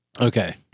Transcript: Okay